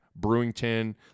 Brewington